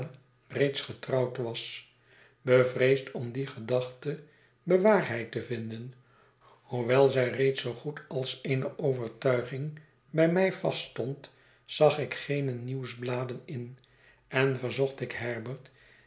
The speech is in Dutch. reeds getrouwd was bevreesd om die gedachte be waarheid te vinden hoewel zij reeds zoogoed als eene overtuigingbij mij vaststond zag ik geene nieuwsbladen in en verzocht ik herbert